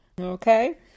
Okay